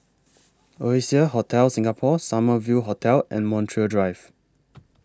Oasia Hotel Singapore Summer View Hotel and Montreal Drive